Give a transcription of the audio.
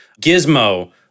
Gizmo